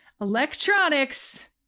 electronics